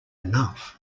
enough